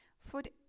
Food